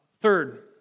third